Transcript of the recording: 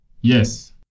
Yes